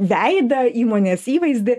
veidą įmonės įvaizdį